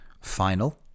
final